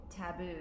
taboo